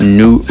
new